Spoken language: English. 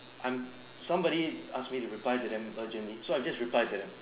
I'm somebody asked me to reply to them urgently so I just reply to them